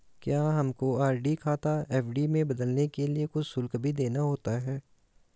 क्या हमको आर.डी खाता एफ.डी में बदलने के लिए कुछ शुल्क भी देना होता है?